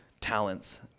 talents